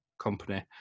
company